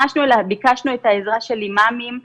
ביקשנו את העזרה של אימאמים,